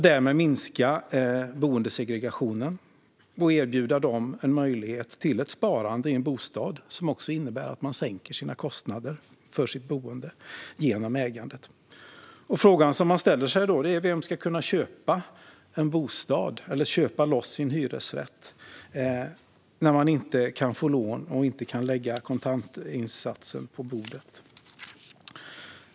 Därmed kan boendesegregationen minskas och de boende erbjudas en möjlighet till ett sparande i en bostad. Dessutom minskar ägandet boendekostnaderna. Men vem kan köpa loss sin hyresrätt om man inte får lån och inte kan lägga kontantinsatsen på bordet?